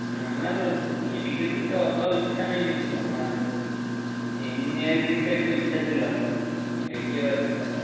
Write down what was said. হ্যাঁ আমার মেডিক্যাল দিকটা অতটাও ইচ্ছা নেই যদিও আমার ইঞ্জিনিয়ারিং দিকটা একটু ইচ্ছা ছিল আর কি দেখি এবার কি হয়